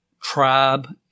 tribe